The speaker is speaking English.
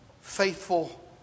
faithful